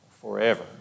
forever